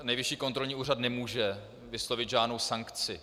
Nejvyšší kontrolní úřad nemůže vyslovit žádnou sankci.